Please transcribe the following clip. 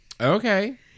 Okay